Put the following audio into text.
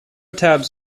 tabs